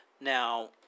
now